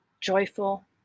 joyful